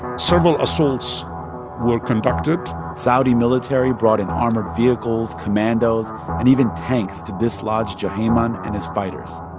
several assaults were conducted saudi military brought in armored vehicles, commandos and even tanks to dislodge juhayman and his fighters.